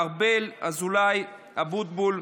משה ארבל, ינון אזולאי, משה אבוטבול,